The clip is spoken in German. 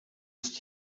ist